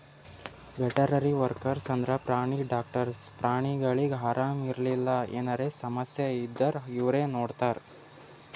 veterinary workers ಅಂದ್ರ ಪ್ರಾಣಿ doctors ಪ್ರಾಣಿಗೊಳಿಗ್ ಆರಾಮ್ ಇರ್ಲಿಲ್ಲ ಎನರೆ ಸಮಸ್ಯ ಇದ್ದೂರ್ ಇವ್ರೇ ನೋಡ್ತಾರ್